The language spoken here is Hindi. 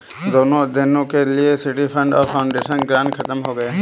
दोनों अध्ययनों के लिए सिटी फंड और फाउंडेशन ग्रांट खत्म हो गए हैं